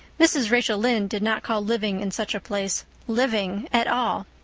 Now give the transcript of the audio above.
mrs. rachel lynde did not call living in such a place living at all.